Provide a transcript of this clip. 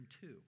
two